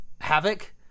Havoc